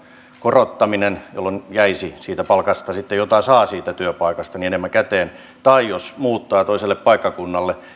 korottaminen jolloin jäisi sitten siitä palkasta jota saa siitä työpaikasta enemmän käteen tai jos muuttaa toiselle paikkakunnalle